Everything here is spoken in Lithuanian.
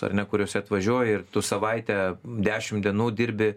ar ne kuriuose atvažiuoji ir tu savaitę dešim dienų dirbi